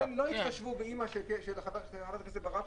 עד 20:00. לא התחשבו באימא של חברת הכנסת ברק,